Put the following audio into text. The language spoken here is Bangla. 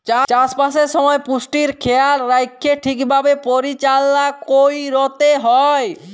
চাষবাসের সময় পুষ্টির খেয়াল রাইখ্যে ঠিকভাবে পরিচাললা ক্যইরতে হ্যয়